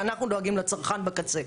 אנחנו דואגים לצרכן בקצה.